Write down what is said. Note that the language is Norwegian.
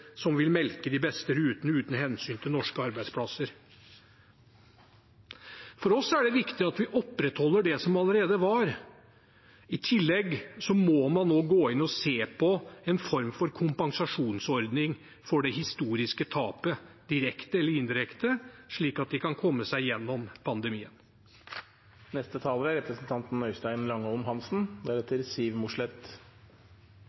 som vil melke de beste rutene uten hensyn til norske arbeidsplasser. For oss er det viktig at vi opprettholder det som allerede var. I tillegg må man nå gå inn og se på en form for kompensasjonsordning for det historiske tapet, direkte eller indirekte, slik at de kan komme seg gjennom